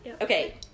Okay